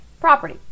property